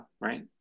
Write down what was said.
Right